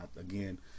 Again